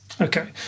Okay